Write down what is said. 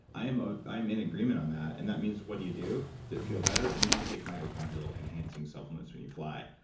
i'm ah i'm in agreement on that and that means what do you do to feel better? it means you take mitochondrial enhancing supplement when you fly.